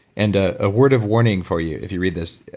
and a ah word of warning for you if you read this,